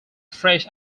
fresh